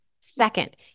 Second